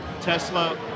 Tesla